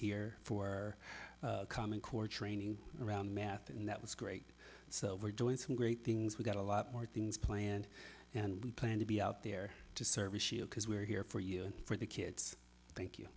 here for common core training around math and that was great so we're doing some great things we got a lot more things planned and we plan to be out there to serve because we're here for you and for the kids thank you